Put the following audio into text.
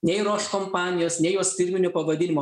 nei roš kompanijos nei jos firminio pavadinimo